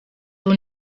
will